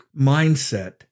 mindset